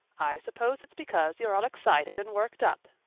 i suppose it's because you're all excited and worked up,